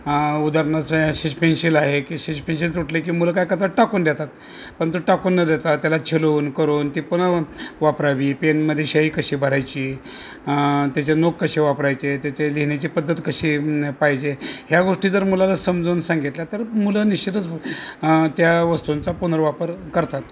उदाहरणा स शिस पेन्शिल आहे की शिस पेन्शिल तुटली की मुलं काय करतात ती टाकून देतात पण टाकून न देता त्याला छिलून करून ती पुन्हा वापरावी पेनमधे शाई कशी भरायची त्याचे नोक कसे वापरायचे त्याचे लिहिण्याची पद्धत कशी पाहिजे ह्या गोष्टी जर मुलाला समजावून सांगितल्या तर मुलं निश्चितच त्या वस्तूंचा पुनर्वापर करतात